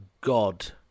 God